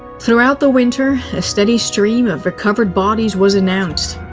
throughout the winter, a steady stream of recovered bodies was announced.